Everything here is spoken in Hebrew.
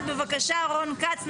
--- בבקשה, רון כץ.